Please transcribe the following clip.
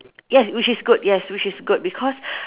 ya which is good yes which is good because